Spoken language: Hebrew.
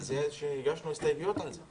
אבל הגשנו הסתייגויות על זה.